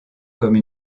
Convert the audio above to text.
comme